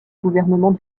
gouvernement